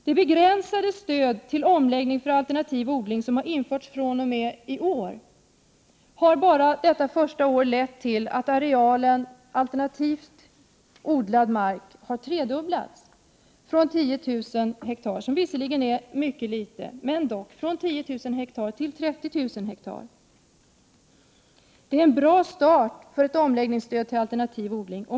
Det begränsade stöd för omläggning till alternativ odling som har införts fr.o.m. i år har bara detta första år lett till att arealen alternativt odlad mark har tredubblats, från 10 000 hektar — som visserligen är mycket litet — till 30 000 hektar. Det är en bra start för ett omläggningsstöd till alternativ odling.